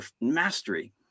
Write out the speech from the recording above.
mastery